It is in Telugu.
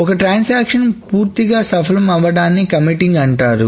ఒక ట్రాన్సాక్షన్ పూర్తిగా సఫలం అవ్వడాన్ని కమిటింగ్ అంటారు